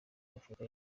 afurika